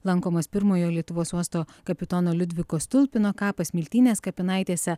lankomas pirmojo lietuvos uosto kapitono liudviko stulpino kapas smiltynės kapinaitėse